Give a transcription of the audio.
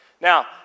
Now